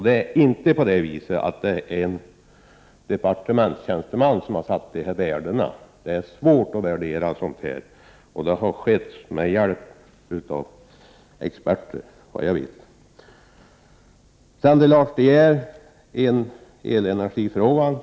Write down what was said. Det är emellertid inte en departementstjänsteman som har satt dessa värden. Det är svårt att värdera sådant, och det har skett med hjälp av experter. Lars De Geer har aktualiserat en elenergifråga.